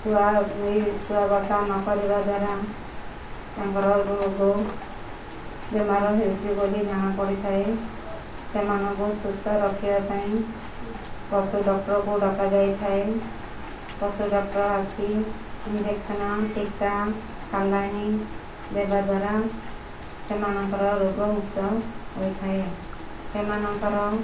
ଶୁଆ ଏ ଶୁଆବସା ନ କରିବାର ଦ୍ୱାରା ତାଙ୍କର ରୋଗ ବେମାର ହେଉଛି ବୋଲି ଜଣା ପଡ଼ିଥାଏ ସେମାନଙ୍କୁ ସୁସ୍ଥ ରଖିବା ପାଇଁ ପଶୁ ଡକ୍ଟରକୁ ଡକାଯାଇଥାଏ ପଶୁ ଡକ୍ଟର୍ ଆସି ଇଞ୍ଜେକ୍ସନ୍ ଟୀକା ସାଲାଇନ୍ ଦେବା ଦ୍ୱାରା ସେମାନଙ୍କର ରୋଗମୁକ୍ତ ହେଇଥାଏ ସେମାନଙ୍କର